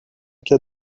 cas